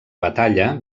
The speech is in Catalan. batalla